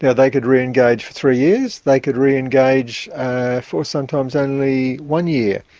yeah they could re-engage for three years, they could re-engage for sometimes only one year,